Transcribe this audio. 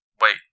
Wait